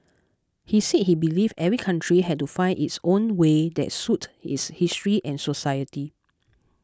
he said he believed every country had to find its own way that suited its history and society